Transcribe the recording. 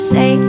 Say